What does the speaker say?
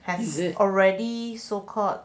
have already so called